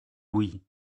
oui